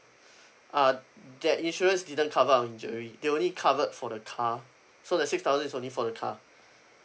uh that insurance didn't cover our injury they only covered for the car so the six thousand is only for the car